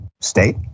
state